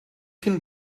cyn